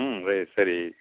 ம் ரைட் சரி